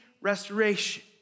restoration